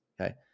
okay